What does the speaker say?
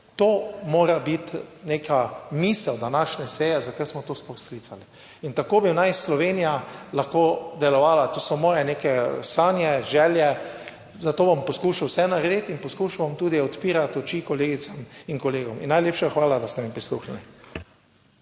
To mora biti neka misel današnje seje, zakaj smo to sploh sklicali, in tako bi naj Slovenija lahko delovala, to so moje neke sanje, želje, zato bom poskušal vse narediti in poskušal bom tudi odpirati oči kolegicam in kolegom in najlepša hvala, da ste mi prisluhnili.